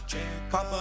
Papa